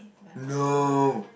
no